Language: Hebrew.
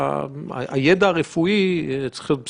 הידע הרפואי שלהם צריך להיות בסיסי.